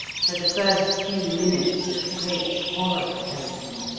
for the first few minutes a great horror held him.